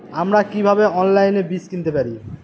আমরা কীভাবে অনলাইনে বীজ কিনতে পারি?